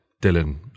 Dylan